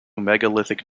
megalithic